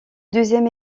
deuxième